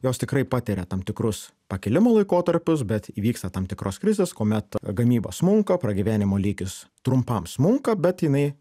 jos tikrai patiria tam tikrus pakilimo laikotarpius bet įvyksta tam tikros krizės kuomet gamyba smunka pragyvenimo lygis trumpam smunka bet jinai